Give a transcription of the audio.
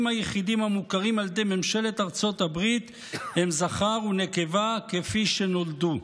היחידים המוכרים על ידי ממשלת ארצות הברית הם זכר ונקבה כפי שנולדו.